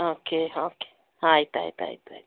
okay okay ಆಯ್ತು ಆಯ್ತು ಆಯ್ತು ಆಯ್ತು